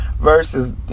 Versus